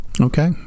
Okay